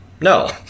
no